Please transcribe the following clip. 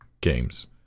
games